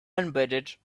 embedded